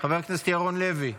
חבר הכנסת ירון לוי,